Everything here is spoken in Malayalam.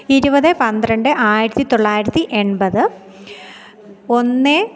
ഇരുപത് പന്ത്രണ്ട് ആയിരത്തി തൊള്ളായിരത്തി എൺപത് ഒന്ന്